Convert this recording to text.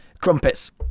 Crumpets